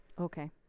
Okay